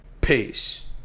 Peace